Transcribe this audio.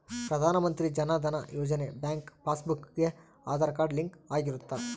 ಪ್ರಧಾನ Mantri Jan Dhan Yojana bank passbook ಗೆ Aadhaar card link ಆಗಿರುತ್ತ